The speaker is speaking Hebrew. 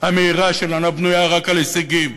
המהירה שלנו, הבנויה רק על הישגים,